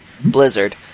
Blizzard